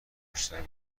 بیشتر